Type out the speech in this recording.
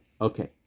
Okay